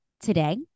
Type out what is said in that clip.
today